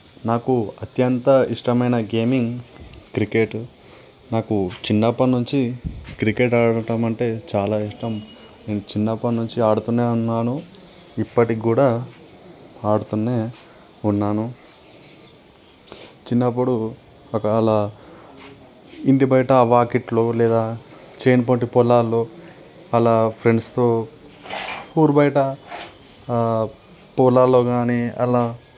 నాకు అత్యంత ఇష్టమైన గేమ్ క్రికెట్ నాకు చిన్నప్పటి నుంచి క్రికెట్ ఆడటం అంటే చాలా ఇష్టం నేను చిన్నప్పటి నుంచి ఆడుతూనే ఉన్నాను ఇప్పటికీ కూడా ఆడుతూనే ఉన్నాను చిన్నప్పుడు ఒకవేళ ఇంటి బయట వాకిట్లో లేదా చేను పట్టి పొలాలలో అలా ఫ్రెండ్స్తో ఊరు బయట పొలాలలో కానీ అలా